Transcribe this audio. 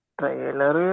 trailer